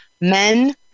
Men